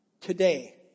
Today